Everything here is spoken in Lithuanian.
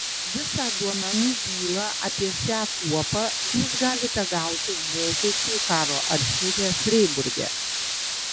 visą duomenų bylą apie šią kuopą jūs galite gauti vokiečių karo archyve freiburge